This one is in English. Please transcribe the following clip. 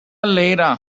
later